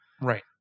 right